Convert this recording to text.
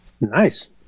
Nice